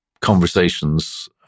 conversations